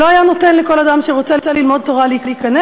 שלא היה נותן לכל אדם שרוצה ללמוד תורה להיכנס.